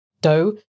Doe